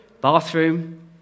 bathroom